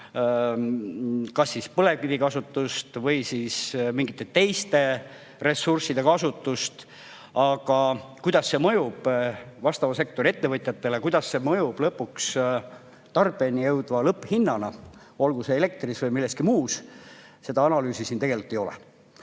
kas siis põlevkivi kasutust või mingite teiste ressursside kasutust, aga kuidas see mõjub vastava sektori ettevõtjatele ja kuidas see mõjub lõpuks tarbijani jõudvale lõpphinnale, olgu see elekter või midagi muud, seda analüüsi siin tegelikult ei ole.